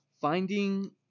finding